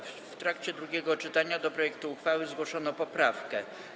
W trakcie drugiego czytania do projektu uchwały zgłoszono poprawkę.